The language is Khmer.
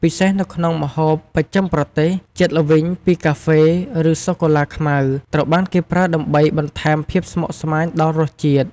ពិសេសនៅក្នុងម្ហូបបស្ចិមប្រទេស ជាតិល្វីងពីកាហ្វេ ឬសូកូឡាខ្មៅ ត្រូវបានគេប្រើដើម្បីបន្ថែមភាពស្មុគស្មាញដល់រសជាតិ។